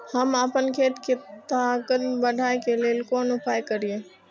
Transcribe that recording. हम आपन खेत के ताकत बढ़ाय के लेल कोन उपाय करिए?